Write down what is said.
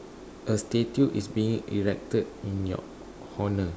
a statue is being erected in your honour